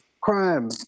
crime